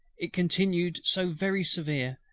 it continued so very severe,